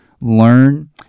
learn